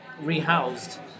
rehoused